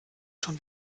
schon